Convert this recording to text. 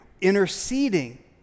interceding